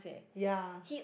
ya